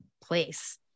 place